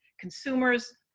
consumers